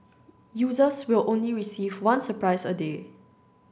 users will only receive one surprise a day